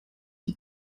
die